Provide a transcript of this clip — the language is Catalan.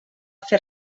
fer